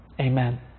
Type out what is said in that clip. Amen